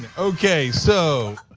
okay so,